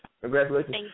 Congratulations